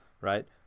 right